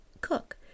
cook